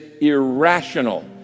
irrational